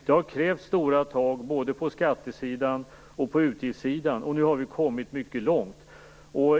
Det har krävt stora tag både på skattesidan och på utgiftssidan, men nu har vi kommit mycket långt.